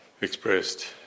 expressed